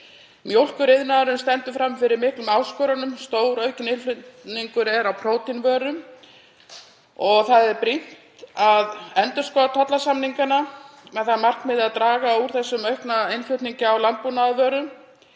Mjólkuriðnaðurinn stendur frammi fyrir miklum áskorunum. Stóraukinn innflutningur er á próteinvörum og það er brýnt að endurskoða tollasamningana með það að markmiði að draga úr þessum aukna innflutningi á landbúnaðarvörum.